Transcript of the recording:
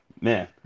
Man